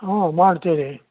ಹ್ಞೂ ಮಾಡ್ತೀವಿ